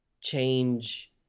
change